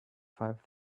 five